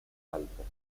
altas